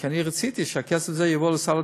כי אני רציתי שהכסף הזה יבוא לסל התרופות,